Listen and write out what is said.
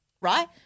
right